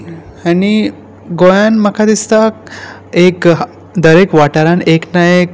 आनी गोंयान म्हाका दिसता एक दरेक वाठारांत एक ना एक